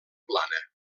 plana